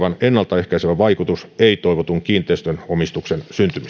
ehkäisevä vaikutus ei toivotun kiinteistönomistuksen syntymiselle näyttäisi olevan tarvetta lyhyeen debattiin ja